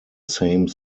same